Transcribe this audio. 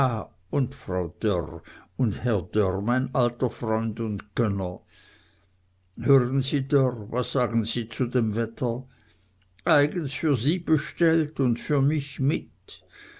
und frau dörr und herr dörr mein alter freund und gönner hören sie dörr was sagen sie zu dem wetter eigens für sie bestellt und für mich mit